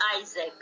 Isaac